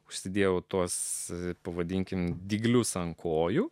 užsidėjau tuos pavadinkime dyglius ant kojų